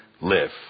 live